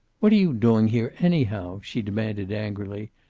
what are you doing here, anyhow? she demanded, angrily.